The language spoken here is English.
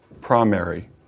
primary